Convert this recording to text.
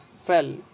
fell